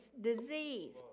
disease